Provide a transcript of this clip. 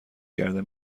کرده